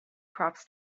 crops